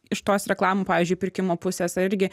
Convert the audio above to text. iš tos reklamų pavyzdžiui pirkimo pusės ar irgi